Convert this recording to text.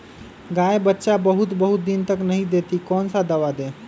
गाय बच्चा बहुत बहुत दिन तक नहीं देती कौन सा दवा दे?